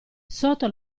sotto